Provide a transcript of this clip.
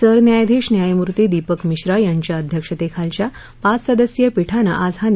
सरन्यायाधीश न्यायमूती दीपक मिश्रा यांच्या अध्यक्षतेखालच्या पाच सदस्यीय पीठानं आज हा नि र्णय दिला